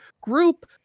group